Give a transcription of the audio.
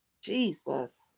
Jesus